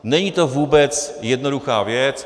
Není to vůbec jednoduchá věc.